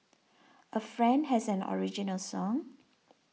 a friend has an original song